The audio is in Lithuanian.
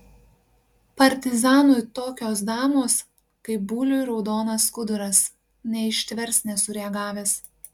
partizanui tokios damos kaip buliui raudonas skuduras neištvers nesureagavęs